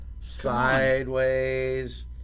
sideways